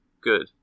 good